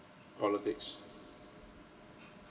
politics